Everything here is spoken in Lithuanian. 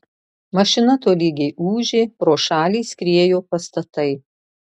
mašina tolygiai ūžė pro šalį skriejo pastatai